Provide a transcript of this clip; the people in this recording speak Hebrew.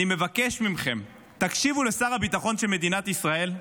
אני מבקש מכם, הקשיבו לשר הביטחון של מדינת ישראל,